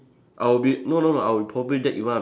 I will be no no no I will probably dead one